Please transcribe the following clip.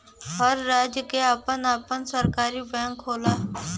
हर राज्य के आपन आपन सरकारी बैंक होला